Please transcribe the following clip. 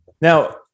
Now